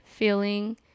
feeling